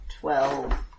twelve